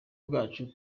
bwacu